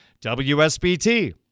WSBT